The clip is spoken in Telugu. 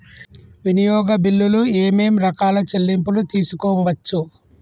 వినియోగ బిల్లులు ఏమేం రకాల చెల్లింపులు తీసుకోవచ్చు?